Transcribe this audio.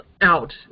out